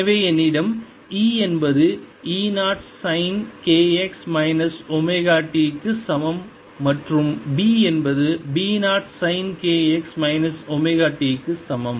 எனவே என்னிடம் E என்பது E 0 sine k x minus omega t க்கு சமம் மற்றும் B என்பது B 0 sine k x minus omega t சமம்